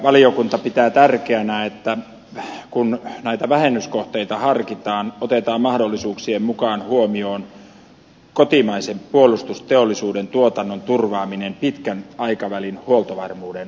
valiokunta pitää tärkeänä että vähennyskohteita harkittaessa otetaan mahdollisuuksien mukaan huomioon kotimaisen puolustusteollisuuden tuotannon turvaaminen pitkän aikavälin huoltovarmuuden varmistamiseksi